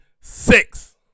six